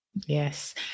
Yes